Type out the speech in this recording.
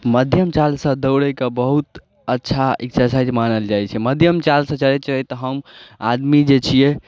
मध्यम चाल सऽ दौड़यके बहुत अच्छा एक्सर्सायज मानल जाइ छै मध्यम चाल सऽ चलैत चलैत हम आदमी जे छियै